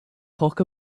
talk